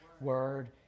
word